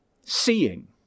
Seeing